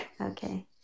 Okay